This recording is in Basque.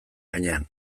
gainean